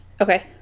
okay